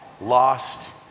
lost